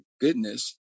goodness